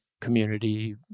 community